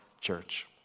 church